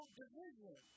division